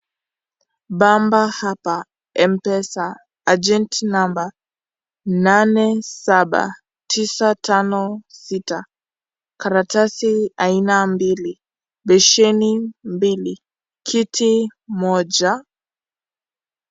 Bamba hapa Mpesa, agent number 87956, karatasi aina mbili, besheni mbili, kiti moja.